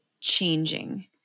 changing